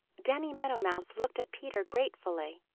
danny meadow mouse looked at peter gratefully.